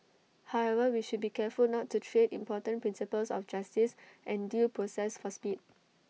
however we should be careful not to trade important principles of justice and due process for speed